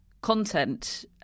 content